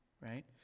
right